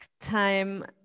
time